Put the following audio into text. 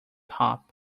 hop